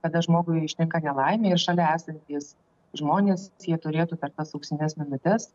kada žmogui ištinka nelaimė ir šalia esantys žmonės jie turėtų per tas auksines minutes